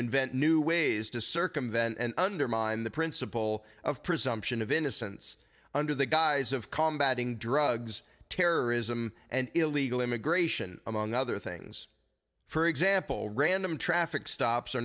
invent new ways to circumvent and undermine the principle of presumption of innocence under the guise of combat ing drugs terrorism and illegal immigration among other things for example random traffic stop